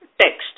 text